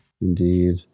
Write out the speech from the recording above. Indeed